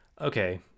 okay